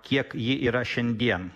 kiek ji yra šiandien